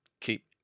keep